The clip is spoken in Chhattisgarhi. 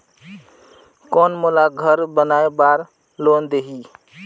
कौन मोला घर बनाय बार लोन देही?